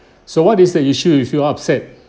so what is the issue you feel upset